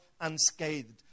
unscathed